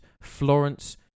Florence